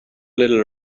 little